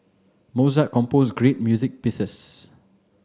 Mozart composed great music pieces